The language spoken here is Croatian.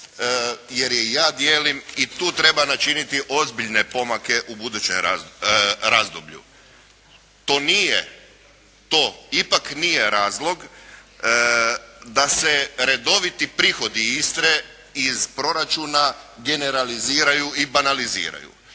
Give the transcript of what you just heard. jer je i ja dijelim i tu treba načiniti ozbiljne pomake u budućem razdoblju. To nije, to ipak nije razlog da se redoviti prihodi Istre iz proračuna generaliziraju i banaliziraju.